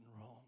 wrong